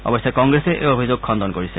অৱশ্যে কংগ্ৰেছে এই অভিযোগ খণ্ডন কৰিছে